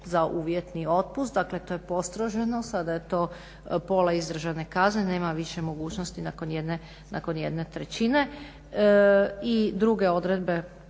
za uvjetni otpust. Dakle to je postroženo, sada je to pola izdržane kazne, nema više mogućnosti nakon jedne trećine.